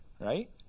right